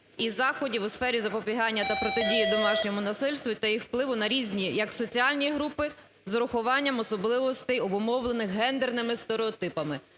і заходів у сфері запобігання та протидії домашньому насильству та їх впливу на різні як соціальні групи з урахуванням особливостей, обумовлених гендерними стереотипами.